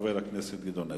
חבר הכנסת גדעון עזרא.